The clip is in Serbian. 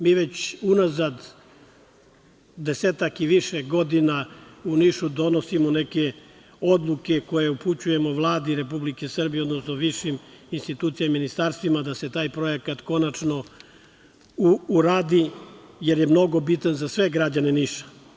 Mi već unazad desetak i više godina u Nišu donosimo neke odluke koje upućujemo Vladi Republike Srbije, odnosno višim institucijama i ministarstvima da se taj projekta konačno uradi, jer je mnogo bitan za sve građane Niša.